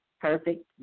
perfect